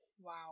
wow